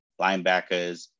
linebackers